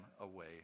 away